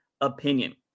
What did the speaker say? opinion